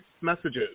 messages